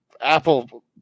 Apple